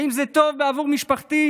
האם זה טוב בעבור משפחתי?